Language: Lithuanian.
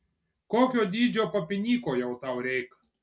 kokio dydžio papinyko jau tau reik